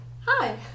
Hi